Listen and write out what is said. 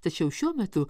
tačiau šiuo metu